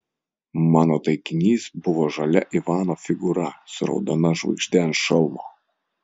mano taikinys buvo žalia ivano figūra su raudona žvaigžde ant šalmo